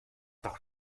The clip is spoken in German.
doch